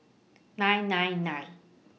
nine nine nine